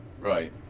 right